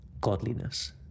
godliness